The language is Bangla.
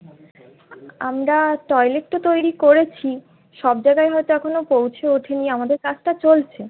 আমরা টয়লেট তো তৈরি করেছি সব জায়গায় হয়তো এখনও পৌঁছে ওঠে নি আমাদের কাজটা চলছে